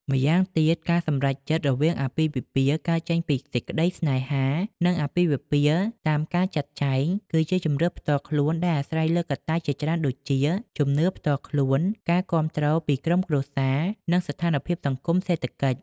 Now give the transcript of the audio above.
ម៉្យាងទៀតការសម្រេចចិត្តរវាងអាពាហ៍ពិពាហ៍កើតចេញពីសេចក្តីស្នេហា និងអាពាហ៍ពិពាហ៍តាមការចាត់ចែង គឺជាជម្រើសផ្ទាល់ខ្លួនដែលអាស្រ័យលើកត្តាជាច្រើនដូចជា ជំនឿផ្ទាល់ខ្លួន ការគាំទ្រពីក្រុមគ្រួសារ និងស្ថានភាពសង្គម-សេដ្ឋកិច្ច។